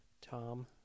Tom